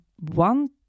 one